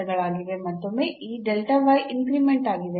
ಮತ್ತೊಮ್ಮೆ ಈ ಇನ್ಕ್ರಿಮೆಂಟ್ ಆಗಿದೆ